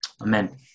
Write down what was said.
Amen